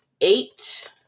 eight